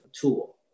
tool